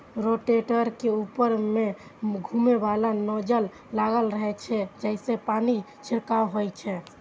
rotator के ऊपर मे घुमैबला नोजल लागल रहै छै, जइसे पानिक छिड़काव होइ छै